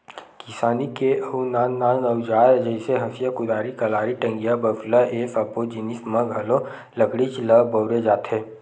किसानी के अउ नान नान अउजार जइसे हँसिया, कुदारी, कलारी, टंगिया, बसूला ए सब्बो जिनिस म घलो लकड़ीच ल बउरे जाथे